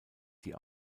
die